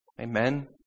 Amen